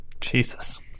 Jesus